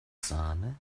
sahne